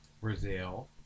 Brazil